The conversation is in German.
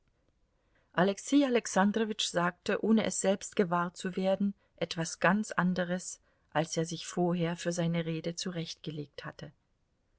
alexei alexandrowitsch sagte ohne es selbst gewahr zu werden etwas ganz anderes als er sich vorher für seine rede zurechtgelegt hatte